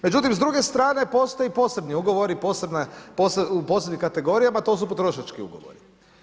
Međutim s druge strane postoje posebni ugovori u posebnim kategorijama, to su potrošački ugovori.